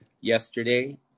yesterday